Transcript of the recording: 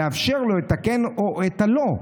לאפשר לו את הכן או את הלא.